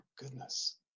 goodness